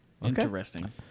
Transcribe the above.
Interesting